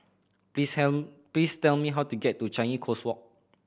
please tell me please tell me how to get to Changi Coast Walk